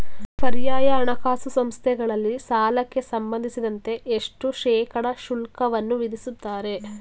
ಪರ್ಯಾಯ ಹಣಕಾಸು ಸಂಸ್ಥೆಗಳಲ್ಲಿ ಸಾಲಕ್ಕೆ ಸಂಬಂಧಿಸಿದಂತೆ ಎಷ್ಟು ಶೇಕಡಾ ಶುಲ್ಕವನ್ನು ವಿಧಿಸುತ್ತಾರೆ?